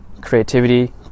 creativity